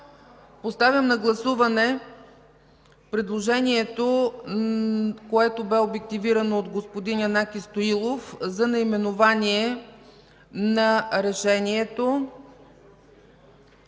Поставям на гласуване предложението, което бе обективирано от господин Янаки Стоилов, за наименование на Решението.